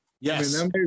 Yes